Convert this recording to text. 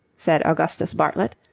said augustus bartlett,